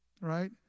right